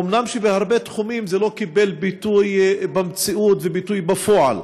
אומנם בהרבה תחומים זה לא קיבל ביטוי במציאות ובפועל,